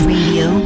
Radio